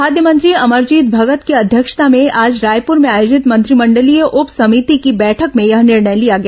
खाद्य मंत्री अमरजीत भगत की अध्यक्षता में आज रायपूर में आयोजित मंत्रिमंडलीय उप समिति की बैठक में यह निर्णय लिया गया